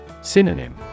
Synonym